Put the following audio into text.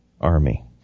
army